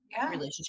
relationship